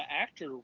actor